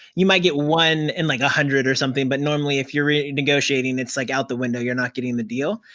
you might get one and like hundred, or something, but normally, if you're renegotiating, it's like out the window, you're not getting the deal?